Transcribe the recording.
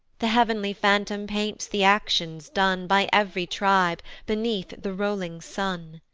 the heav'nly phantom paints the actions done by ev'ry tribe beneath the rolling sun.